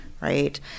right